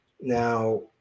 Now